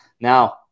Now